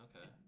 Okay